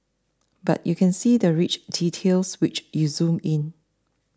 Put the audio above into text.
but you can see the rich details when you zoom in